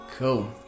Cool